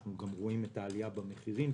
אנחנו גם רואים את העלייה במחירים,